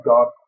God